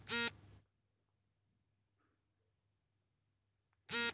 ರೈತರ ಕೃಷಿ ವ್ಯವಹಾರಗಳಿಗೆ ಇ ಕಾಮರ್ಸ್ ಅನುಕೂಲಕರ ಆಗಬಹುದೇ?